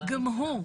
גם הוא,